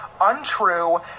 untrue